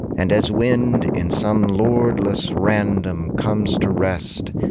and as wind in some lordless random comes to rest,